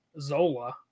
Zola